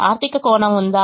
ఆర్థిక కోణం ఉందా